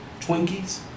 Twinkies